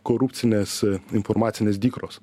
korupcinės informacinės dykros